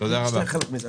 להיות חלק מזה.